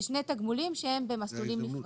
אלה שני תגמולים שהם במסלולים נפרדים.